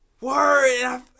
Word